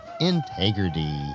integrity